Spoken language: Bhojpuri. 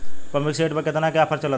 पंपिंग सेट पर केतना के ऑफर चलत बा?